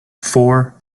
four